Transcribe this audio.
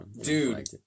dude